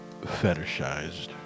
fetishized